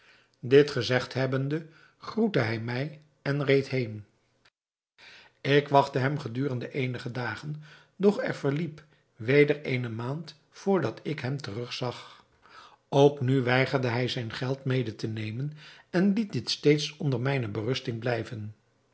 dit gezegd hebbende groette hij mij en reed heen ik wachtte hem gedurende eenige dagen doch er verliep weder eene maand vr dat ik hem terug zag ook nu weigerde hij zijn geld mede te nemen en liet dit steeds onder mijne berusting blijven